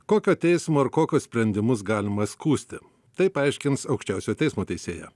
kokio teismo ir kokius sprendimus galima skųsti tai paaiškins aukščiausiojo teismo teisėja